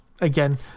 again